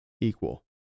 Equal